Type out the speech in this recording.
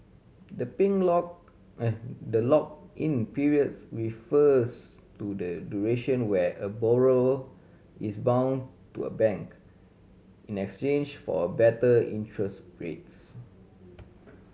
the the lock in periods refers to the duration where a borrow is bound to a bank in exchange for a better interest rates